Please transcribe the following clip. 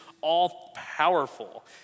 all-powerful